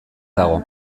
dago